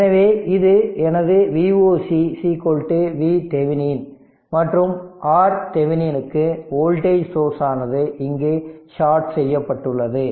எனவே இது எனது Voc V Thevenin மற்றும் RThevenin க்கு வோல்டேஜ் சோர்ஸ் ஆனது இங்கே ஷார்ட் செய்யப்பட்டுள்ளது